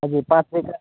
हजुर पाँच पैसा